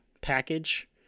package